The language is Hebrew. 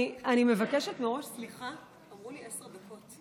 אני מבקשת מראש סליחה, אמרו לי עשר דקות.